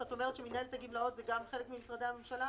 -- את אומרת שמנהלת הגמלאות זה גם חלק ממשרדי הממשלה?